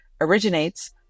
originates